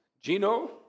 Gino